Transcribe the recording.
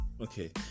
okay